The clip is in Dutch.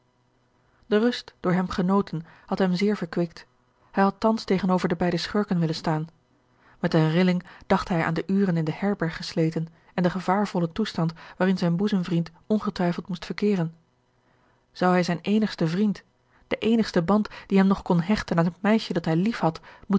de rust door hem genoten had hem zeer verkwikt hij had thans tegenover de beide schurken willen staan met eene rilling dacht hij aan de uren in de herberg gesleten en den gevaarvollen toestand waarin zijn boezemvriend ongetwijfeld moest verkeeren zou hij zijn eenigsten vriend den eenigsten band die hem nog kon hechten aan het meisje dat hij lief had